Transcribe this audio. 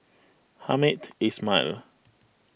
Hamed Ismail